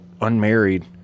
unmarried